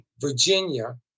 Virginia